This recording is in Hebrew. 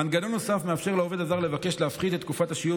מנגנון נוסף מאפשר לעובד הזר לבקש להפחית את תקופת השיהוי